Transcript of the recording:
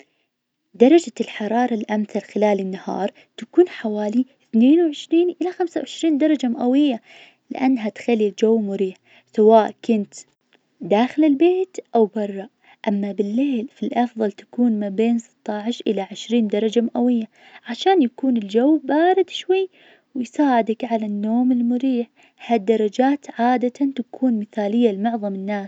درجة الحرارة الأمثل خلال النهار تكون حوالي اثنين وعشرين إلى خمسة وعشرين درجة مئوية لأنها تخلي الجو مريح سواء كنت داخل البيت أو بره. أما بالليل فالأفظل تكون ما بين ستة عشر إلى عشرين درجة مئوية عشان يكون الجو بارد شوي ويساعدك على النوم المريح. ها الدرجات عادة تكون مثالية لمعظم الناس.